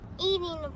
Eating